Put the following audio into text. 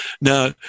Now